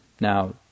Now